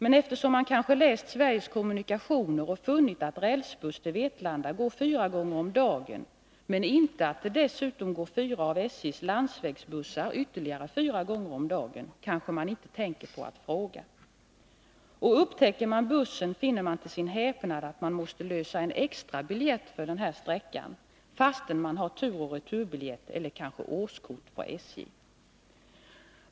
Men eftersom man kanske läst Sveriges Kommunikationer och funnit att rälsbussen till Vetlanda går fyra gånger om dagen men inte att SJ:s landsvägsbuss dessutom går fyra gånger om dagen, kanske man inte tänker på att fråga. Upptäcker man bussen, finner man till sin häpnad att man måste lösa en extra biljett för den här sträckan, fastän man har turoch returbiljett eller kanske årskort på SJ.